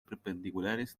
perpendiculares